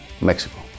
mexico